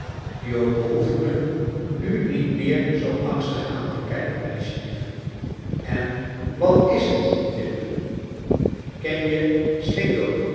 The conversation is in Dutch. je behoeft me nu niet meer zoo angstig aan te kijken meisjelief en wat is het tip ken je slingo